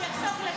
אני אחסוך לך.